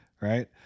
right